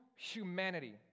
humanity